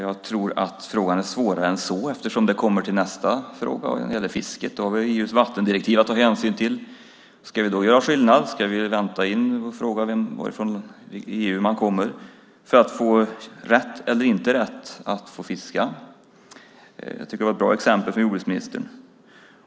Jag tror att frågan är svårare än så, eftersom man kommer till nästa fråga när det gäller fisket. Då har vi EU:s vattendirektiv att ta hänsyn till. Ska vi då göra skillnad? Ska vi vänta in och fråga var i EU man kommer från när det gäller att man ska få rätt eller inte rätt att fiska? Jag tycker att det var ett bra exempel från jordbruksministern.